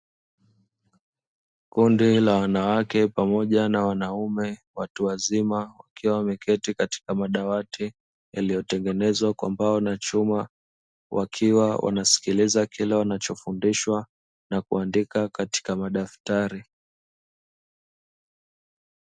Kundi la wanawake na wanaume watu wazima wakiwa wameketi katika madawati yaliyotengenezwa kwa mbao na chuma wakiwa wanasikiliza kile wanachofundishwa na kuandika katika madaftari.